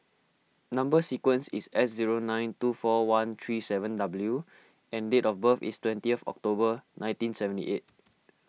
Number Sequence is S zero nine two four one three seven W and date of birth is twentieth October nineteen seventy eight